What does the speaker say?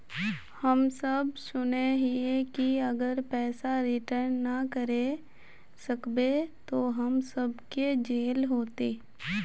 हम सब सुनैय हिये की अगर पैसा रिटर्न ना करे सकबे तो हम सब के जेल होते?